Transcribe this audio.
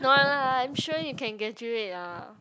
no lah I'm sure you can graduate lah